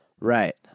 Right